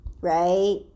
right